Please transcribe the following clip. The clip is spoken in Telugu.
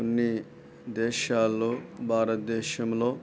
కొన్ని దేశాల్లో భారతదేశంలో